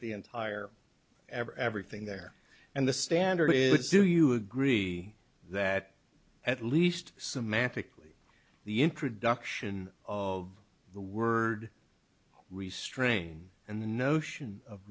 at the entire ever everything there and the standard is do you agree that at least semantically the introduction of the word restrain and the notion of